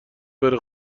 بره